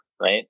right